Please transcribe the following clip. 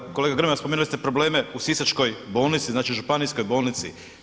Ovoga kolega Grmoja spomenuli ste probleme u sisačkoj bolnici, znači županijskoj bolnici.